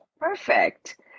Perfect